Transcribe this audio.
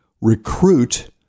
recruit